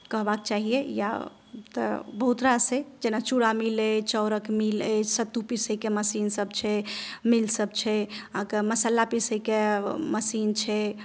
कहबाक चाहियै या तऽ बहुत रास अइ जेना चूड़ा मील अछि चाउरक मिल अछि सत्तू पीसयके मशीनसभ छै मीलसभ छै अहाँकेँ मसाला पीसयके मशीन छै